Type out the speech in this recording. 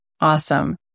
Awesome